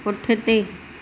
पुठिते